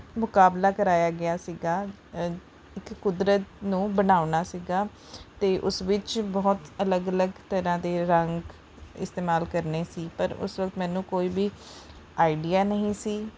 ਮੁਕਾਬਲਾ ਕਰਵਾਇਆ ਗਿਆ ਸੀਗਾ ਇੱਕ ਕੁਦਰਤ ਨੂੰ ਬਣਾਉਣਾ ਸੀਗਾ ਅਤੇ ਉਸ ਵਿੱਚ ਬਹੁਤ ਅਲੱਗ ਅਲੱਗ ਤਰ੍ਹਾਂ ਦੇ ਰੰਗ ਇਸਤੇਮਾਲ ਕਰਨੇ ਸੀ ਪਰ ਉਸ ਵਕਤ ਮੈਨੂੰ ਕੋਈ ਵੀ ਆਈਡੀਆ ਨਹੀਂ ਸੀ